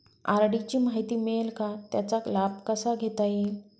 RD ची माहिती मिळेल का, त्याचा लाभ कसा घेता येईल?